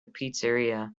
pizzeria